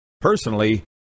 personally